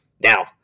Now